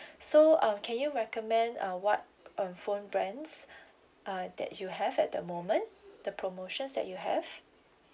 so um can you recommend uh what um phone brands uh that you have at the moment the promotions that you have